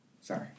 Sorry